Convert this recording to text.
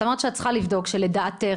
אמרת שאת צריכה לבדוק ומה לדעתך.